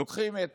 לוקחים את